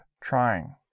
trying